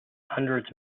hundreds